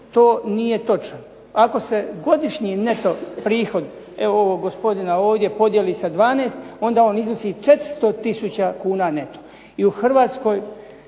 to nije točno. Ako se godišnji neto prihod evo ovog gospodina ovdje podijeli sa 12 onda on iznosi 400 tisuća kuna neto. I u Hrvatskoj